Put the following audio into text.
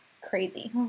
crazy